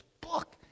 book